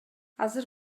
азыр